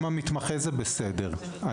גם מתמחה זה בסדר.